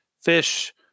Fish